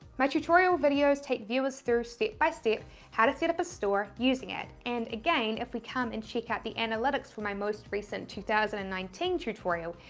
my tutorial videos take viewers through step-by-step how to set up a store using it, and again if we come and check out the analytics from my most recent two thousand and nineteen tutorial,